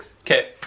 okay